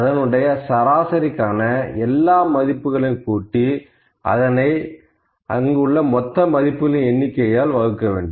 அதனுடைய சராசரி காண எல்லா மதிப்புகளையும் கூட்டி அதனை மதிப்புகளின் எண்ணிக்கையால் வகுக்க வேண்டும்